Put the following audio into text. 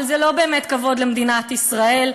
אבל זה לא באמת כבוד למדינת ישראל,